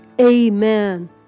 Amen